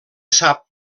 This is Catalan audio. sap